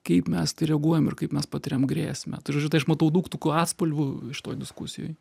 kaip mes į tai reaguojam ir kaip mes patiriam grėsmę tai žodžiu tai aš matau daug tokių atspalvių šitoj diskusijoj